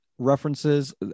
references